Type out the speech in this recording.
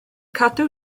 cadw